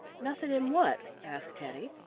nothing in what? asked teddy.